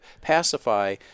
pacify